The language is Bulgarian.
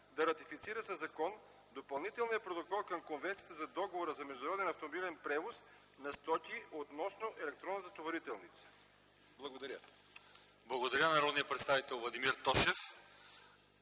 да ратифицира със закон Допълнителния протокол към Конвенцията за Договора за международен автомобилен превоз на стоки относно електронната товарителница.” Благодаря. ПРЕДСЕДАТЕЛ ЛЪЧЕЗАР ИВАНОВ: Благодаря на народния представител Владимир Тошев.